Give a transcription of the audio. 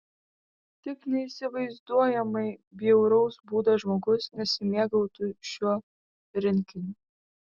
tik neįsivaizduojamai bjauraus būdo žmogus nesimėgautų šiuo rinkiniu